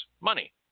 money